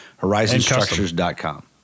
horizonstructures.com